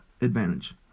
advantage